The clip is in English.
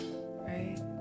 right